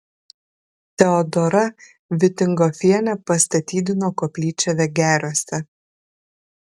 teodora vitingofienė pastatydino koplyčią vegeriuose